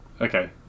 Okay